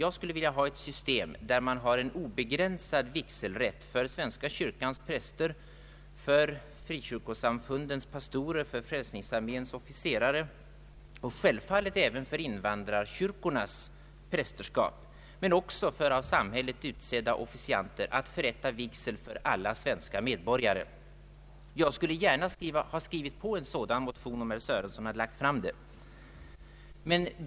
Jag skulle vilja ha ett system där man har obegränsad rätt för svenska kyrkans präster, för frikyrkosamfundens pastorer, för frälsningsarméns officerare och självfallet även för invandrarkyrkornas prästerskap men också för av samhället utsedda officianter att förrätta vigsel för alla svenska medborgare. Jag skulle gärna ha skrivit på en motion med detta syfte, om herr Sörenson hade lagt fram den.